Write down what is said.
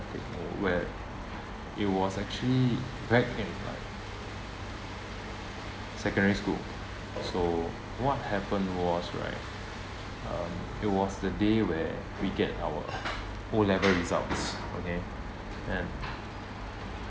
where it was actually back in like secondary school so what happened was right um it was the day where we get our O level results okay and